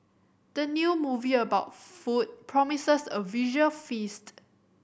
the new movie about food promises a visual feast